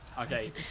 Okay